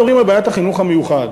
אנחנו מדברים על בעיית החינוך המיוחד,